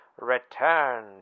return